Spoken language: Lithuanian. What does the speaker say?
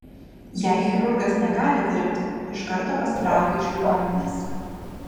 jei chirurgas negali dirbti iš karto pasitraukia iš ligoninės